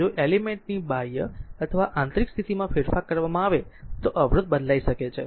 જો એલિમેન્ટ ની બાહ્ય અથવા આંતરિક સ્થિતિમાં ફેરફાર કરવામાં આવે તો અવરોધ બદલાઈ શકે છે